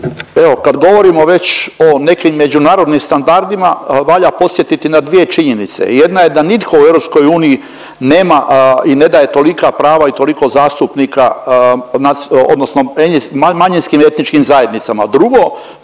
Evo kad govorimo već o nekim međunarodnim standardima valja podsjetiti na dvije činjenice. Jedna je da nitko u EU nema i ne daje tolika prava i toliko zastupnika, odnosno manjinskim etničkim zajednicama.